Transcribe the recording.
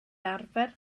arfer